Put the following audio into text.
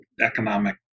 economic